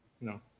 No